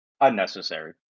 Unnecessary